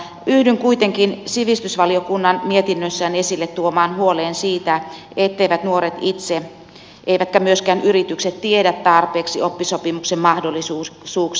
yhdyn kuitenkin sivistysvaliokunnan mietinnössään esille tuomaan huoleen siitä etteivät nuoret itse eivätkä myöskään yritykset tiedä tarpeeksi oppisopimuksen mahdollisuuksista